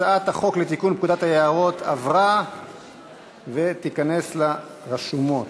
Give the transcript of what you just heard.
הצעת חוק לתיקון פקודת היערות עברה ותיכנס לרשומות.